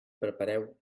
prepareu